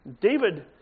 David